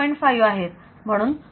5 आहेत म्हणून 4